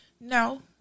No